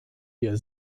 wir